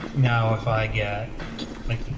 now if i get like